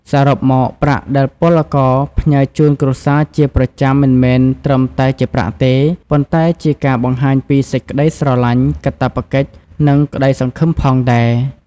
សរុបមក ប្រាក់ដែលពលករផ្ញើជូនគ្រួសារជាប្រចាំមិនមែនត្រឹមតែជាប្រាក់ទេ ប៉ុន្តែជាការបង្ហាញពីសេចក្តីស្រលាញ់ កាតព្វកិច្ច និងក្ដីសង្ឃឹមផងដែរ។